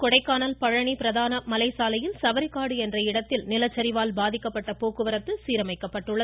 கொடைக்கானல் பழனி பிரதான மலை சாலையில் சவரிக்காடு என்ற இடத்தில் நிலச்சரிவால் பாதிக்கப்பட்ட போக்குவரத்து பின்னர் சீரமைக்கப்பட்டது